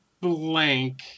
Blank